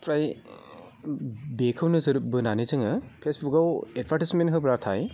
फ्राय बेखौ नोजोर बोनानै जोङो फेसबुकआव एडभार्टाइजमेन्ट होब्लाथाय